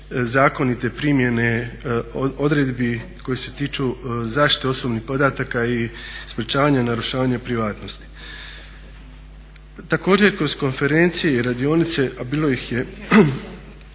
zakonite primjene odredbi koje se tiču zaštite osobnih podataka i sprječavanja narušavanja privatnosti. Također kroz konferencije i radionice a bilo ih je